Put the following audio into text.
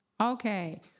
Okay